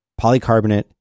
polycarbonate